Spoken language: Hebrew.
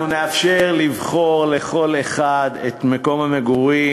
אנחנו נאפשר לבחור, לכל אחד, את מקום המגורים